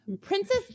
Princess